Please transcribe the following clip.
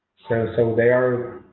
so they are